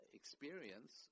experience